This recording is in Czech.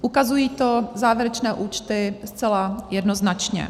Ukazují to závěrečné účty zcela jednoznačně.